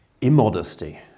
immodesty